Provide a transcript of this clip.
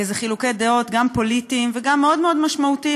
אלה חילוקי דעות גם פוליטיים וגם מאוד מאוד משמעותיים,